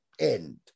end